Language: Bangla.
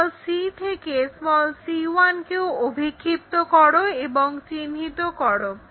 c থেকে c1 কেও অভিক্ষিপ্ত করো এবং চিহ্নিত করো